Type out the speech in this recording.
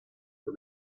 for